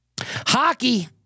Hockey